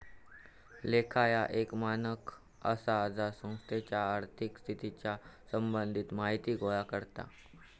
लेखा ह्या एक मानक आसा जा संस्थेच्या आर्थिक स्थितीच्या संबंधित माहिती गोळा करता